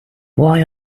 why